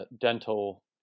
dental